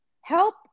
help